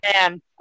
man